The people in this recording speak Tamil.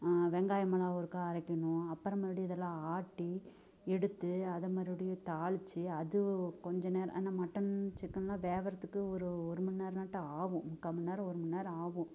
வெங்காயமெல்லாம் ஒருக்கா அரைக்கணும் அப்புறம் மறுபுடியும் இதெல்லாம் ஆட்டி எடுத்து அதை மறுபுடியும் தாளித்து அது கொஞ்ச நேரம் என்ன மட்டன் சிக்கென்லாம் வேகுறதுக்கு ஒரு ஒரு மணி நேரம்னாட்டும் ஆகும் முக்கால் மணிநேரம் ஒரு மணிநேரம் ஆகும்